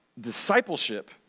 discipleship